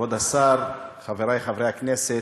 כבוד השר, חברי חברי הכנסת,